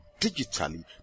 digitally